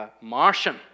Martian